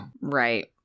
Right